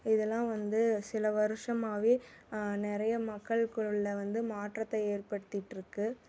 இதலாம் வந்து சில வருஷமாகவே நிறைய மக்கள்குள்ளே வந்து மாற்றத்தை ஏற்படுத்திகிட்ருக்கு